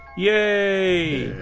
yay.